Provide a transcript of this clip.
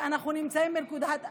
אנחנו נמצאים בנקודת אל-חזור.